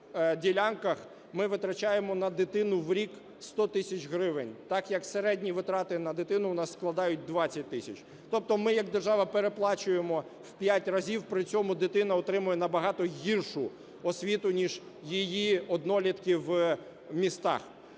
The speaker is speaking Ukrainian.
окремих ділянках, ми витрачаємо на дитину в рік 100 тисяч гривень, так як середні витрати на дитину в нас складають 20 тисяч. Тобто ми як держава переплачуємо в 5 разів, при цьому дитина отримує набагато гіршу освіту ніж її однолітки в містах.